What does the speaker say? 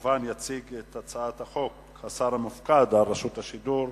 יציג את הצעת החוק כמובן השר המופקד על רשות השידור,